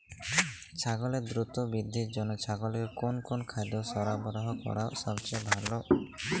ছাগলের দ্রুত বৃদ্ধির জন্য ছাগলকে কোন কোন খাদ্য সরবরাহ করা সবচেয়ে ভালো?